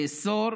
לאסור